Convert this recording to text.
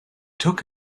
took